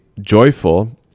joyful